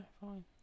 fine